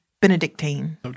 Benedictine